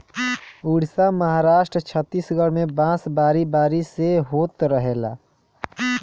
उड़ीसा, महाराष्ट्र, छतीसगढ़ में बांस बारी बारी से होत रहेला